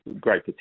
great